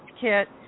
kit